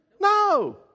No